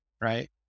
right